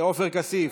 עופר כסיף,